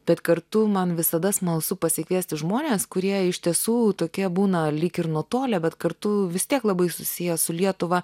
bet kartu man visada smalsu pasikviesti žmones kurie iš tiesų tokie būna lyg ir nutolę bet kartu vis tiek labai susiję su lietuva